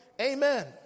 Amen